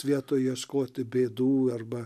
vietoj ieškoti bėdų arba